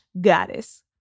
goddess